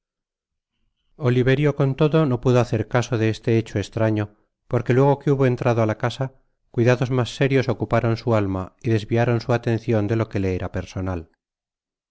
oliverio con todo no pudo hacer caso de este hecho estraño porque luego que hubo llegado á la casa cuidados mas serios ocuparon su alma y desviaron su atencion de lo que le era personal